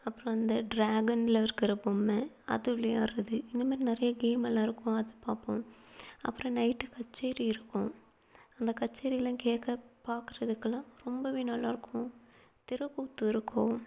அப்புறோம் அந்த ட்ராகனில் இருக்கிற பொம்மை அது விளையாடுறது இந்த மாரி நிறைய கேம் எல்லாம் இருக்கும் அது பார்ப்போம் அப்புறோம் நைட்டு கச்சேரி இருக்கும் அந்த கச்சேரியெலாம் கேட்க பார்க்கறதுக்குலாம் ரொம்பவே நல்லாயிருக்கும் தெருக்கூத்து இருக்கும்